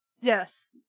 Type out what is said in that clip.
Yes